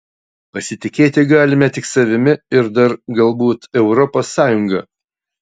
pasitikėti galime tik savimi ir dar galbūt europos sąjunga